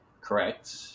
correct